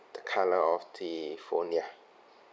the colour of the phone ya